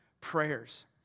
prayers